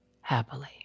happily